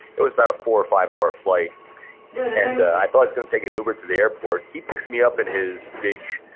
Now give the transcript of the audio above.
it was about a four or five hour flight and i thought i was going to take an uber to the airport. he picks me up in his big,